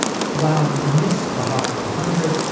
while it missed the hot one hundred,